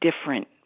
different